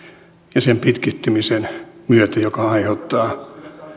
ja sen pitkittymisen myötä jotka aiheuttavat